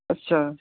ਅੱਛਾ